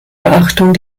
beachtung